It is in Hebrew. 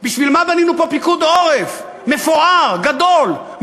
בשביל מה בנינו פה פיקוד עורף מפואר, גדול?